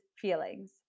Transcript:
feelings